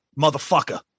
motherfucker